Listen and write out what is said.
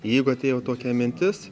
jeigu atėjo tokia mintis